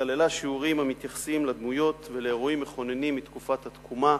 שכללה שיעורים המתייחסים לדמויות ולאירועים מכוננים מתקופת התקומה,